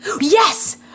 Yes